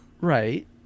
Right